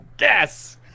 yes